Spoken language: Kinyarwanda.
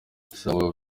sangwa